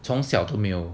从小都没有